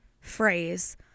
phrase